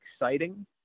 exciting